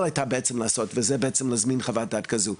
הייתה אמורה בעצם לעשות וזה להזמין בעצם חוות דעת כזו,